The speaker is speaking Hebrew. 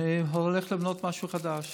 אני הולך לבנות משהו חדש,